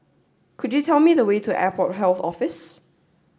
could you tell me the way to Airport Health Office